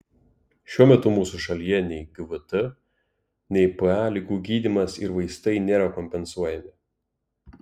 šiuo metu mūsų šalyje nei gvt nei pe ligų gydymas ir vaistai nėra kompensuojami